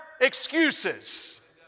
excuses